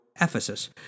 Ephesus